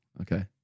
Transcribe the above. okay